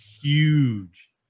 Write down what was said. huge